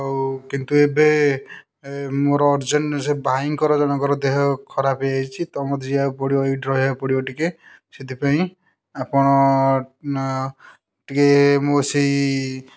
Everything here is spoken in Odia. ଆଉ କିନ୍ତୁ ଏବେ ମୋର ଅର୍ଜେଣ୍ଟ୍ ସେ ଭାଇଙ୍କର ଜଣଙ୍କର ଦେହ ଖରାପ ହେଇ ଯାଇଛି ତ ମୋତେ ଯିବାକୁ ପଡ଼ିବ ଏଇଠି ରହିବାକୁ ପଡ଼ିବ ଟିକେ ସେଥିପାଇଁ ଆପଣ ଟିକେ ମୋର ସେଇ